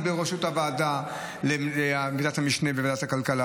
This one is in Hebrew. ה- OECDעשה זה,